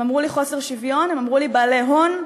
הם אמרו לי: חוסר שוויון, הם אמרו לי: בעלי הון,